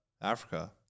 Africa